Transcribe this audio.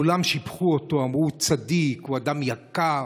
כולם שיבחו אותו, אמרו: צדיק, הוא אדם יקר.